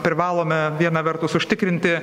privalome viena vertus užtikrinti